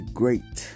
great